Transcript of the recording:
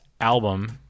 album